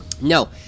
No